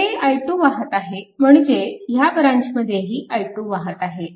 येथे i2 वाहत आहे म्हणजे ह्या ब्रँचमध्येही i2 वाहत आहे